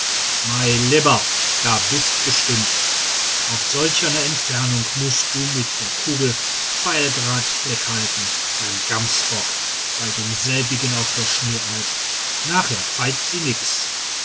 da bist gestimmt auf solcher ne entfernung mußt du mit der kugel pfei'grad fleck halten beim gamsbock bei demselbigen auf der schnee alp nacher feit si nix